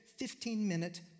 15-minute